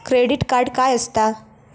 Credit card काय असता?